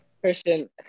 Christian